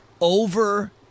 over